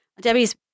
Debbie's